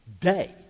day